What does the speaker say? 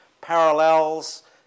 parallels